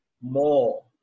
more